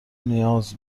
نیاز